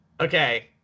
Okay